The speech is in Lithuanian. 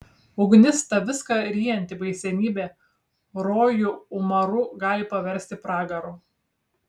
ugnis ta viską ryjanti baisenybė rojų umaru gali paversti pragaru